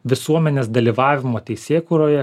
visuomenės dalyvavimo teisėkūroje